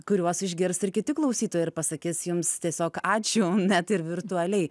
kuriuos išgirs ir kiti klausytojai ir pasakys jums tiesiog ačiū net ir virtualiai